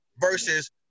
versus